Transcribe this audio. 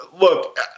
Look